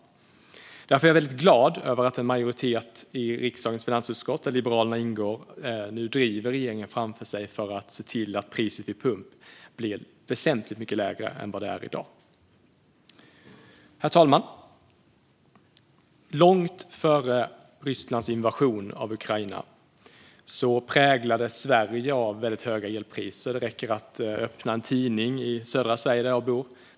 Därför är jag väldigt glad över att en majoritet i riksdagens finansutskott, där Liberalerna ingår, nu driver regeringen framför sig för att se till att priset vid pump ska bli väsentligt mycket lägre än vad det är i dag. Herr talman! Långt före Rysslands invasion av Ukraina präglades Sverige av väldigt höga elpriser. Det räcker att öppna en tidning i södra Sverige, där jag bor, för att se det.